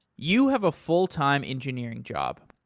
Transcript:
you have a full time engineering job.